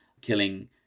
killing